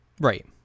Right